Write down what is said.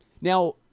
Now